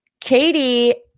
Katie